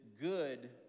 good